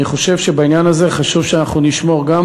אני חושב שבעניין הזה חשוב שגם נשמור על